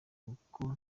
kuko